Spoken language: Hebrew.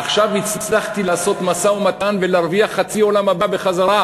עכשיו הצלחתי לעשות משא-ומתן ולהרוויח חצי עולם הבא בחזרה,